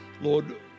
Lord